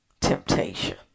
temptation